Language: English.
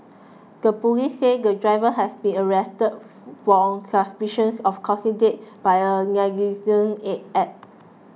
the police said the driver has been arrested for on suspicions of causing death by a negligent egg act